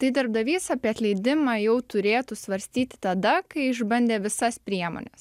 tai darbdavys apie atleidimą jau turėtų svarstyti tada kai išbandė visas priemones